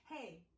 Hey